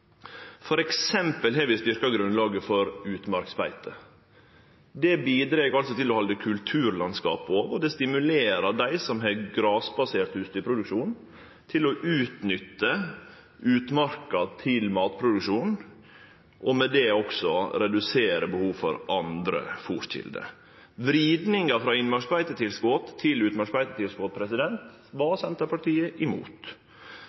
har f.eks. styrkt grunnlaget for utmarksbeite. Det bidreg til å halde kulturlandskapet ope, og det stimulerer dei som har grasbasert husdyrproduksjon, til å utnytte utmarka til matproduksjon, og med det også redusere behovet for andre fôrkjelder. Vridinga frå innmarksbeitetilskot til